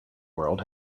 world